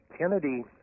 Kennedy